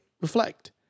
reflect